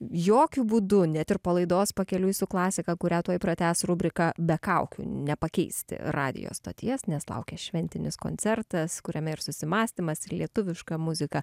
jokiu būdu net ir po laidos pakeliui su klasika kurią tuoj pratęs rubriką be kaukių nepakeisti radijo stoties nes laukia šventinis koncertas kuriame ir susimąstymas ir lietuviška muzika